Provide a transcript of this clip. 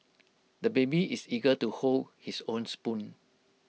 the baby is eager to hold his own spoon